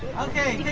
okay,